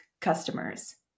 customers